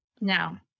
Now